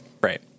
right